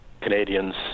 Canadians